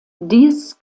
dies